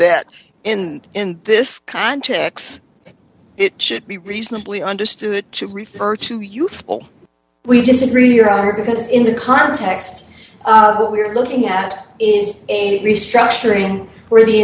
that in this context it should be reasonably understood to refer to you we disagree your honor because in the context of what we're looking at is a restructuring where the